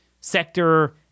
sector